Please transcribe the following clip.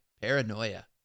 paranoia